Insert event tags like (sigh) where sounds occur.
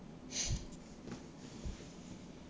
(noise)